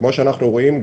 כמו שאנחנו רואים,